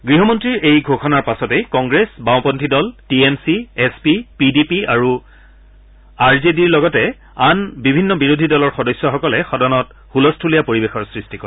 গৃহমন্ত্ৰীৰ এই ঘোষণাৰ পাছতেই কংগ্ৰেছ বাঁওপন্থী দল T M C S P P D P R J D আৰু আন বিভিন্ন বিৰোধী দলৰ সদস্যসকলে সদনত হুলস্থূলীয়া পৰিৱেশৰ সৃষ্টি কৰে